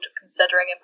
considering